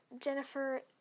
Jennifer